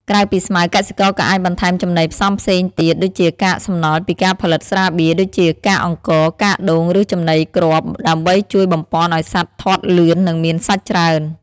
ក្រៅពីស្មៅ កសិករក៏អាចបន្ថែមចំណីផ្សំផ្សេងទៀតដូចជាកាកសំណល់ពីការផលិតស្រាបៀរ ដូចជាកាកអង្ករ កាកដូង ឬចំណីគ្រាប់ ដើម្បីជួយបំប៉នឲ្យសត្វធាត់លឿននិងមានសាច់ច្រើន។